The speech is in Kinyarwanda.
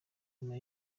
nyuma